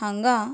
हांगा